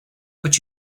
but